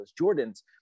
Jordans